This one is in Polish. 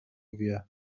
wie